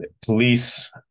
Police